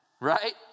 right